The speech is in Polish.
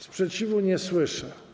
Sprzeciwu nie słyszę.